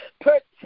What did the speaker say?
Protect